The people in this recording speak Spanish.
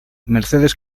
mercedes